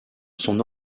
son